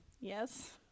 Yes